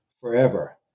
forever